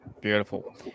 Beautiful